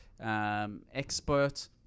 expert